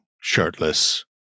shirtless